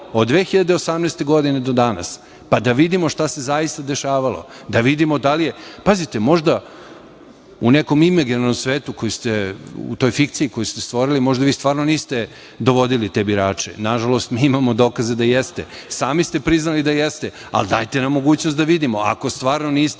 od 2018. godine do danas, pa da vidimo šta se zaista dešavalo, da vidimo da li je…Pazite, možda u nekom imaginarnom svetu, u toj fikciji koju ste stvorili niste dovodili te birače. Nažalost, mi imamo dokaze da jeste, sami ste priznali da jeste, ali dajte nam mogućnost da vidimo. Ako stvarno niste,